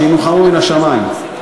שינוחמו מן השמים.